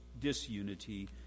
disunity